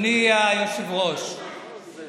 אולי הוא מתנצל.